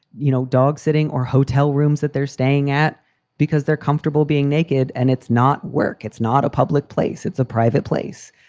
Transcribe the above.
you know, dog sitting or hotel rooms that they're staying at because they're comfortable being naked. and it's not work. it's not a public place. it's a private place.